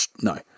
No